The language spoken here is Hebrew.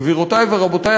גבירותי ורבותי,